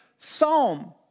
psalm